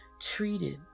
treated